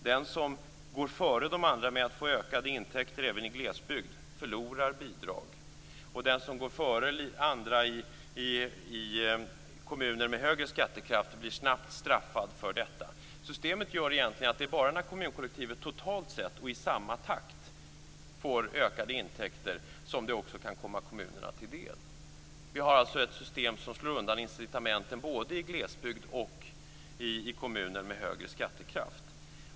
Den som går före andra med att få ökade intäkter i glesbygd förlorar bidrag. Den som går före andra med att få högre skattekraft blir snabbt straffad. Det är bara när kommunkollektivet totalt sett och i samma takt får ökade intäkter som det kommer kommunerna till del. Det är ett system som slår undan incitamenten både i glesbygd och i kommuner med högre skattekraft.